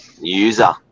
User